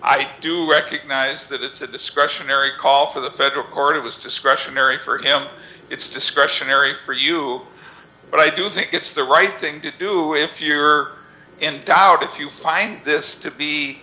i do recognize that it's a discretionary call for the federal court it was discretionary for him it's discretionary for you but i do think it's the right thing to do if you're in doubt if you find this to be